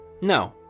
No